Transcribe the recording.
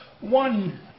one